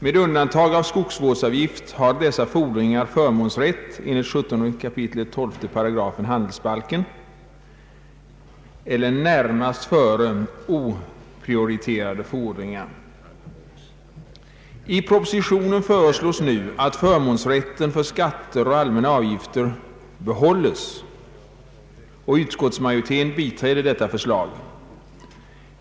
Med undantag av skogsvårdsavgift har dessa fordringar förmånsrätt enligt 17 kap. 12 § handelsbalken, dvs. förmånsrätt närmast före oprioriterade fordringar. I propositionen föreslås nu att förmånsrätten för skatter och allmänna avgifter behålles, och utskottsmajoriteten biträder detta förslag.